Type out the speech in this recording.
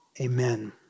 Amen